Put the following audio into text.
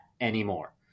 anymore